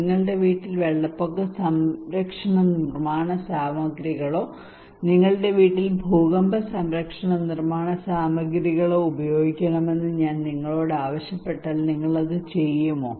നിങ്ങളുടെ വീട്ടിൽ വെള്ളപ്പൊക്ക സംരക്ഷണ നിർമ്മാണ സാമഗ്രികളോ നിങ്ങളുടെ വീട്ടിൽ ഭൂകമ്പ സംരക്ഷണ നിർമ്മാണ സാമഗ്രികളോ ഉപയോഗിക്കണമെന്ന് ഞാൻ നിങ്ങളോട് ആവശ്യപ്പെട്ടാൽ നിങ്ങൾ അത് ചെയ്യുമോ